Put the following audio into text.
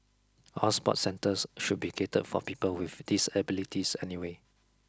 all sports centres should be catered for people with disabilities anyway